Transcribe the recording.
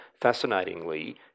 fascinatingly